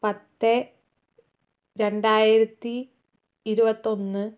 പത്ത് രണ്ടായിരത്തി ഇരുപത്തൊന്ന്